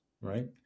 right